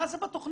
מה זה בתוכנית?